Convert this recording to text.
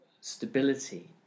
stability